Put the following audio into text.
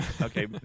Okay